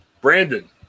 Brandon